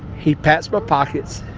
he pats my pockets.